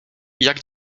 jak